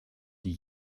die